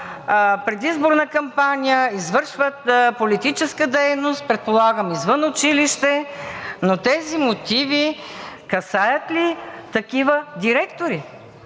предизборна кампания, извършват политическа дейност, предполагам, извън училище. Но тези мотиви касаят ли такива директори?